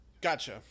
gotcha